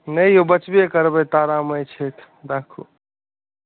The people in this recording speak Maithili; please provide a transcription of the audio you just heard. नहि यौ बचबे करबै तारा माइ छथि राखू